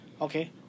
Okay